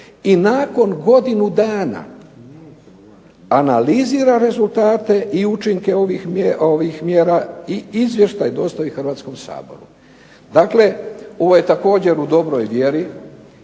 i nakon godinu dana analizira rezultate i učinke ovih mjera i izvještaj dostavi Hrvatskom saboru. Dakle, ovo je također u dobroj vjeri.